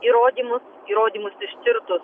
įrodymus įrodymus ištirtus